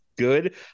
good